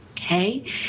okay